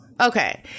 okay